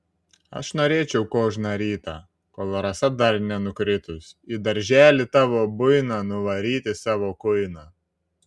aš norėčiau kožną rytą kol rasa dar nenukritus į darželį tavo buiną nuvaryti savo kuiną